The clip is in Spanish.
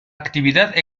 actividad